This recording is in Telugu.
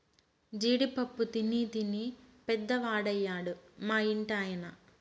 జీడి పప్పు తినీ తినీ పెద్దవాడయ్యాడు మా ఇంటి ఆయన